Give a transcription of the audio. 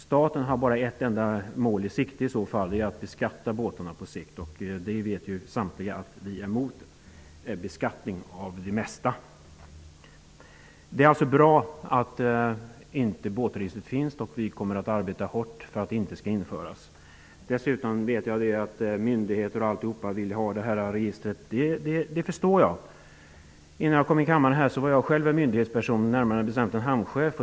Staten har bara ett enda mål i sikte, nämligen att beskatta båtarna. Samtliga vet att vi nydemokrater är emot beskattning av det mesta. Det är alltså bra att båtregistret inte finns. Vi kommer att arbeta hårt för att det inte skall återinföras. Jag vet och förstår att myndigheter vill ha registret. Innan jag kom in i riksdagen var jag själv en myndighetsperson. Jag var närmare bestämt hamnchef.